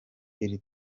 iri